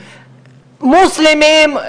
מוסלמים,